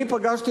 אני פגשתי,